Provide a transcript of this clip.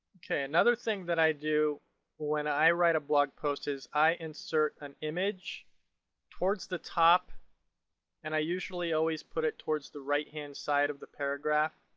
okay, an other thing that i do when i write a blog post is i insert an image towards the top and i usually always put it towards the right hand side of the paragraph.